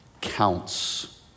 counts